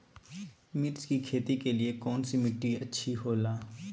मिर्च की खेती के लिए कौन सी मिट्टी अच्छी होईला?